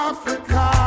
Africa